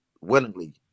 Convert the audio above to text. willingly